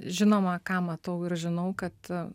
žinoma ką matau ir žinau kad